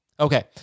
Okay